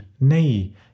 Nay